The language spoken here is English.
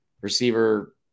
receiver